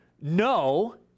no